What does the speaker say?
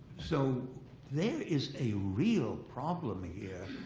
so there is a real problem here.